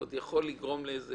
זה יכול לגרום לאיזו